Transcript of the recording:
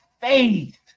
faith